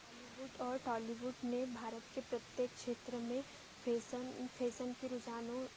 would और टॉलीवुड ने भारत के प्रत्येक क्षेत्र में फैशन फैशन की रूझानों